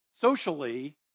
socially